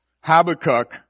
Habakkuk